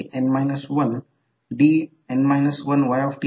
तर याच्या दिशेने i1 i2 हे येथे चिन्हांकित केले आहे आणि येथे करंट सायक्लिक करंट आहे